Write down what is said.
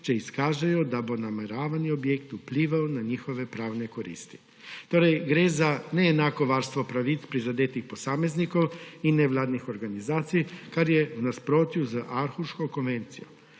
če izkažejo, da bo nameravani objekt vplival na njihove pravne koristi. Gre torej za neenako varstvo pravic prizadetih posameznikov in nevladnih organizacij, kar je v nasprotju z Aarhuško konvencijo.